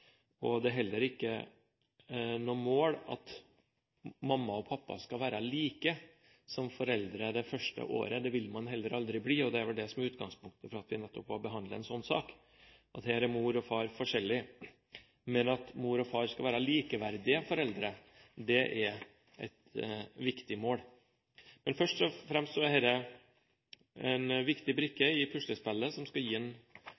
Det er heller ikke noe mål at mamma og pappa skal være like som foreldre det første året. Det vil man heller aldri bli, og det er det som er utgangspunktet for at man behandler en slik sak – at her er mor og far forskjellige. Men at mor og far skal være likeverdige foreldre, er et viktig mål. Først og fremst er dette en viktig brikke i puslespillet som skal gi en